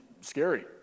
scary